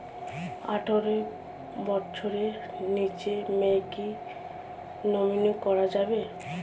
আঠারো বছরের নিচে মেয়েকে কী নমিনি করা যাবে?